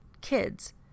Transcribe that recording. kids